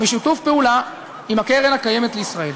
בשיתוף פעולה עם הקרן הקיימת לישראל.